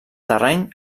terreny